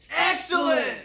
Excellent